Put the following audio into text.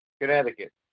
Connecticut